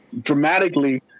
dramatically